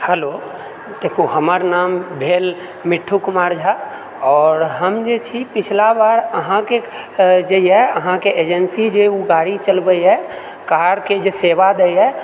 hello देखु हमर नाम भेल मिठ्ठू कुमार झा आओर हम जे छै पिछला बार अहाँके जहिआ अहाँके एजेन्सी जे ओ गाड़ी चलबै यऽ कारके जे सेवा देइए